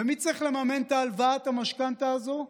ומי צריך לממן את הלוואת המשכנתה הזאת?